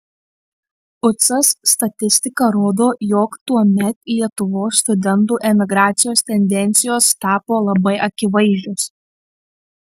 ucas statistika rodo jog tuomet lietuvos studentų emigracijos tendencijos tapo labai akivaizdžios